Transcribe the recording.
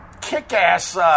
kick-ass